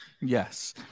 Yes